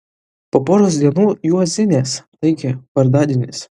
po poros dienų juozinės taigi vardadienis